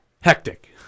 hectic